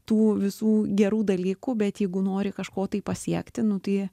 tų visų gerų dalykų bet jeigu nori kažko tai pasiekti nu tai